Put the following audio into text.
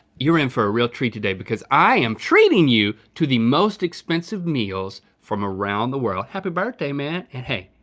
you're in for a real treat today because i am treating you to the most expensive meals from around the world. happy birthday, man, and hey,